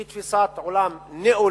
היא תפיסת עולם ניאו-ליברלית,